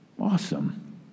awesome